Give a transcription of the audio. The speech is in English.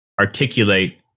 articulate